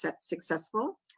successful